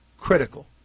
critical